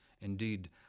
indeed